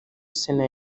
sena